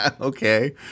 Okay